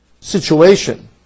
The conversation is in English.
situation